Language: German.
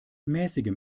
mäßigem